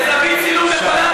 בזווית צילום נכונה,